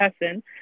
person